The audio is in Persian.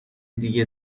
دیگه